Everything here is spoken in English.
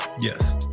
Yes